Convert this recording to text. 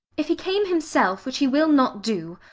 if he came himself, which he will not do,